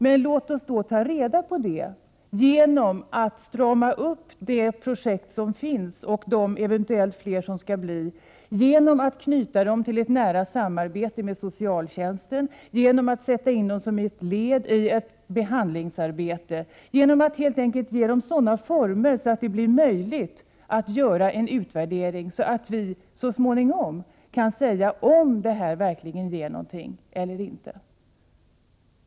Men låt oss då ta reda på detta genom att strama upp det projekt som finns, och eventuellt tillkommande, genom att knyta det till ett nära samarbete med socialtjänsten, genom att sätta in det som ett led i ett behandlingsarbete och genom att helt enkelt ge det sådana former att det blir möjligt att göra en utvärdering. Då kan vi så småningom säga om det verkligen ger någonting eller inte.